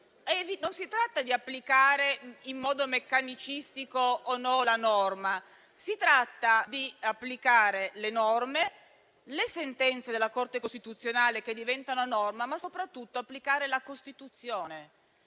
non si tratta di applicare in modo meccanicistico la norma oppure no. Si tratta di applicare le norme, le sentenze della Corte costituzionale che diventano norma, ma soprattutto applicare la Costituzione.